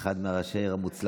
הוא אחד מראשי העיר המוצלחים.